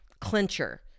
clincher